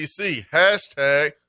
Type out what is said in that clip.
Hashtag